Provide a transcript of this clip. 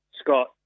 Scott